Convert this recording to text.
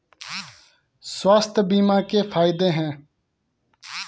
स्वास्थ्य बीमा के फायदे हैं?